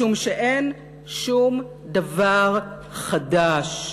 משום שאין שום דבר חדש,